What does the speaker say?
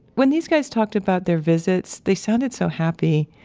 when these guys talked about their visits, they sounded so happy.